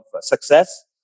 success